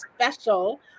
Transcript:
special